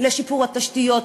לשיפור התשתיות,